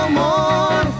more